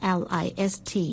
list